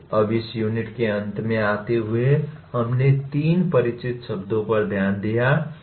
अब इस यूनिट के अंत में आते हुए हमने तीन परिचित शब्दों पर ध्यान दिया है